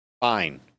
Fine